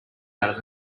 out